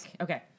Okay